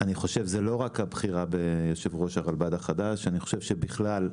רק הבחירה ביושב-ראש הרלב"ד החדש, בכלל,